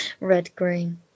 red-green